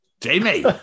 Jamie